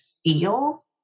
feel